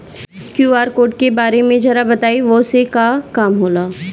QR code के बारे में जरा बताई वो से का काम होला?